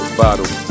bottle